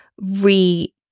re-